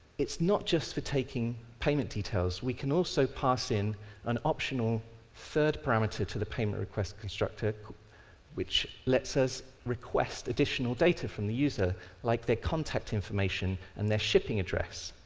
it's not just for taking payment details, we can also parse in an option al third parameter to the payment request constructor which lets us request additional data from the user like their contact information and their shipping address.